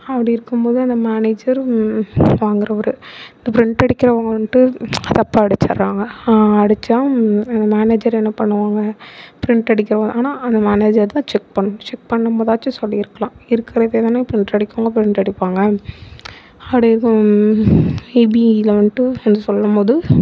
அப்படி இருக்கும்போது அந்த மேனேஜரும் வாங்கிறவரு இப்போ பிரிண்ட் அடிக்கிறவங்க வந்துட்டு தப்பாக அடிச்சிடுறாங்க அடித்தா அந்த மேனேஜர் என்ன பண்ணுவாங்க பிரிண்ட் அடிக்கிறவ ஆனால் அந்த மேனேஜர் தான் செக் பண்ணணும் செக் பண்ணும்போதாச்சும் சொல்லியிருக்கலாம் இருக்கிறதே தானே பிரிண்ட் அடிக்கிறவங்க பிரிண்ட் அடிப்பாங்க அப்படி இருக்கும் மேபி இதில் வந்துட்டு எதுவும் சொல்லும்போது